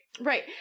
Right